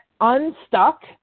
unstuck